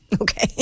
okay